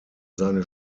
seine